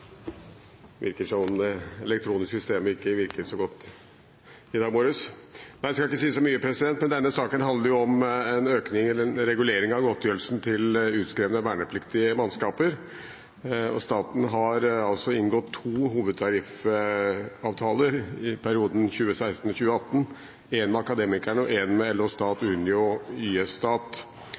virker som om det elektroniske systemet ikke virket så godt i dag morges. Jeg skal ikke si så mye. Denne saken handler om en økning, eller en regulering, av godtgjørelsen til utskrevne vernepliktige mannskaper. Staten har inngått to hovedtariffavtaler i perioden 2016–2018, en med Akademikerne og en med LO Stat, Unio